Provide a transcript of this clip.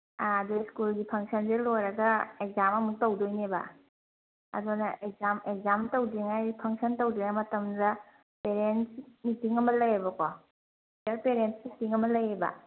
ꯑꯥ ꯑꯗꯨ ꯁ꯭ꯀꯨꯜꯒꯤ ꯐꯪꯁꯟꯁꯦ ꯂꯣꯏꯔꯒ ꯑꯦꯛꯖꯥꯝ ꯑꯃꯨꯛ ꯇꯧꯗꯣꯏꯅꯦꯕ ꯑꯗꯨꯅ ꯑꯦꯛꯖꯥꯝ ꯇꯧꯗ꯭ꯔꯤꯉꯩꯒꯤ ꯐꯪꯁꯟ ꯇꯧꯗ꯭ꯔꯤꯉꯩꯒꯤ ꯃꯇꯝꯗ ꯄꯦꯔꯦꯟꯁ ꯃꯤꯇꯤꯡ ꯑꯃ ꯂꯩꯌꯦꯕꯀꯣ ꯁꯤꯗ ꯄꯦꯔꯦꯟꯁ ꯃꯤꯇꯤꯡ ꯑꯃ ꯂꯩꯌꯦꯕ